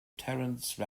terence